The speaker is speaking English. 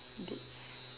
bits